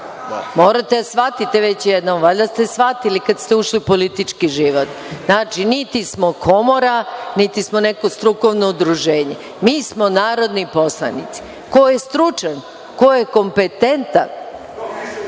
Morate da shvatite već jednom, valjda ste shvatili kada ste ušli u politički život. Znači, niti smo komora, niti smo neko strukovno udruženje. Mi smo narodni poslanici. Ko je stručan, ko je kompetentan